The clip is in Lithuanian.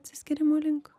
atsiskyrimo link